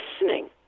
listening